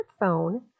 smartphone